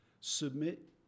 Submit